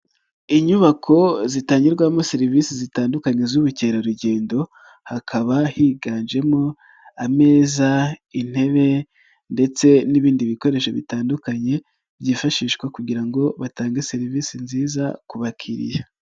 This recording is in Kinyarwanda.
Inyubako zitangirwamo serivisi zitandukanye z'ubukerarugendo, hakaba higanjemo ameza, intebe ndetse n'ibindi bikoresho bitandukanye byifashishwa kugira ngo batange serivisi nziza ku bakiriya.